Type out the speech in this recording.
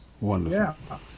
wonderful